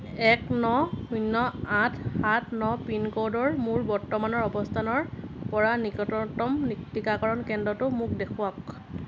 এক ন শূন্য আঠ সাত ন পিনক'ডৰ মোৰ বৰ্তমানৰ অৱস্থানৰ পৰা নিকটতম টীকাকৰণ কেন্দ্ৰটো মোক দেখুৱাওক